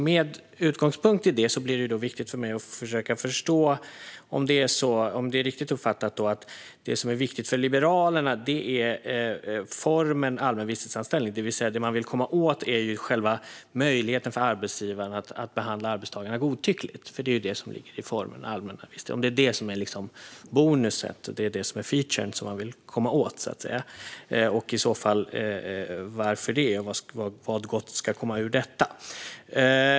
Med utgångspunkt i det blir det viktigt för mig att försöka förstå om det är rätt uppfattat att det som är viktigt för Liberalerna är formen allmän visstidsanställning, det vill säga att det man vill komma åt är själva möjligheten för arbetsgivarna att behandla arbetstagarna godtyckligt, som är det som ligger i formen allmän visstidsanställning. Är det detta som är bonusen och featuren som man vill komma åt? I så fall, varför det? Vad gott ska komma ur detta?